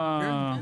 כן.